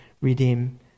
redeem